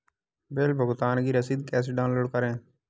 Bill भुगतान की रसीद कैसे डाउनलोड करें?